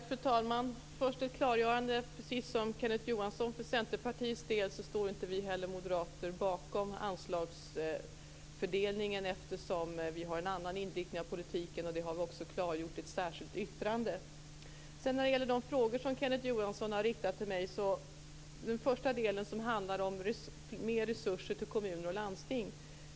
Fru talman! Först vill jag, precis som Kenneth Johansson gjorde för Centerpartiets del, göra ett klargörande. Vi moderater står inte bakom anslagsfördelningen eftersom vi har en annan inriktning på politiken. Det har vi också klargjort i ett särskilt yttrande. Kenneth Johansson riktade frågor till mig. Den första handlar om mer resurser till kommuner och landsting.